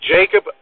Jacob